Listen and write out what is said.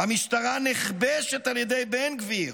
המשטרה נכבשת על ידי בן גביר,